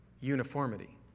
uniformity